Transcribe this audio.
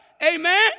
amen